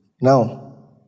Now